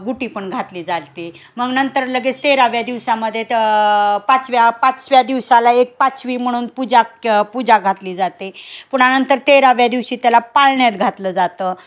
गुट्टीपण घातली जालती मंग नंतर लगेच तेराव्या दिवसामध्ये त पाचव्या पाचव्या दिवसाला एक पाचवी म्हणून पूजा क पूजा घातली जाते पुन्हा नंतर तेराव्या दिवशी त्याला पाळण्यात घातलं जातं